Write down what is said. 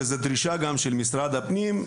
וזה דרישה גם של משרד הפנים,